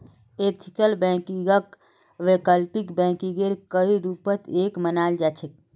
ethical बैंकिंगक वैकल्पिक बैंकिंगेर कई रूप स एक मानाल जा छेक